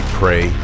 pray